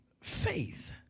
Faith